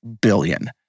billion